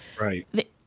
right